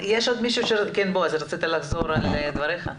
אמרו להם, תחזרו לחברה ודחפו אותם.